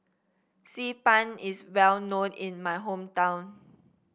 Xi Ban is well known in my hometown